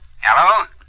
Hello